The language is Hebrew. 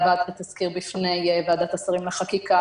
הבאת התזכיר בפני ועדת השרים לחקיקה,